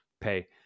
pay